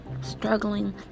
struggling